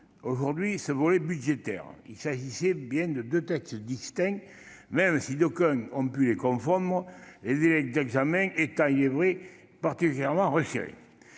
aujourd'hui le volet budgétaire. Il s'agissait bien de deux textes distincts, même si d'aucuns ont pu les confondre, les délais d'examen étant, il est vrai, particulièrement resserrés.